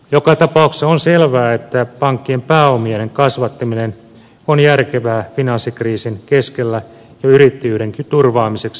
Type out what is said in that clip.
joka tapauksessa on selvää että pankkien pääomien kasvattaminen on järkevää finanssikriisin keskellä jo yrittäjyydenkin turvaamiseksi